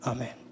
Amen